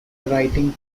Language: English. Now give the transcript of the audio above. writing